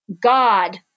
God